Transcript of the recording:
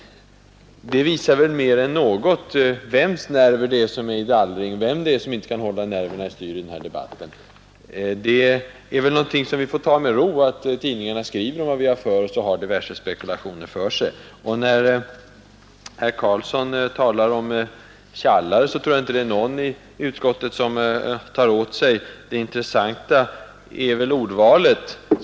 Det visar väl mer än något, vem det är som inte kan hålla nerverna i styr i denna debatt. Att tidningarna skriver om vad vi gör och ägnar sig åt diverse spekulationer är någonting som vi får ta med ro. När herr Karlsson talar om tjallare tror jag inte att det är någon i utskottet som tar åt sig. Det intressanta är väl ordvalet.